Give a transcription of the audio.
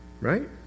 right